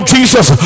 Jesus